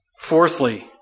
Fourthly